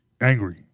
angry